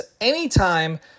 anytime